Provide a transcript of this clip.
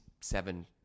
seven